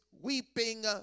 weeping